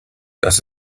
dass